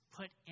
put